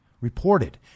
reported